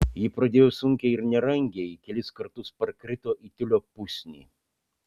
ji pradėjo sunkiai ir nerangiai kelis kartus parkrito į tiulio pusnį